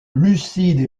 lucide